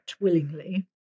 willingly